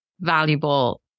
valuable